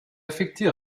affecté